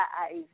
eyes